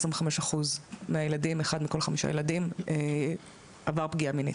25% מהילדים - אחד מכל חמישה ילדים עבר פגיעה מינית.